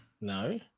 No